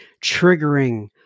triggering